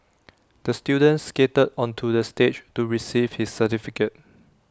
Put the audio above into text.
the student skated onto the stage to receive his certificate